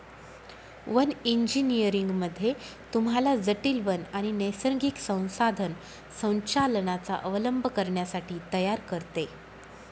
one engineering मध्ये तुम्हाला जटील वन आणि नैसर्गिक संसाधन संचालनाचा अवलंब करण्यासाठी तयार करते